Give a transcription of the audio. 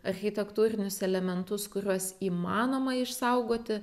architektūrinius elementus kuriuos įmanoma išsaugoti